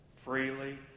Freely